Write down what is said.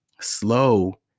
slow